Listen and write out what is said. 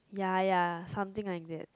ya ya something like that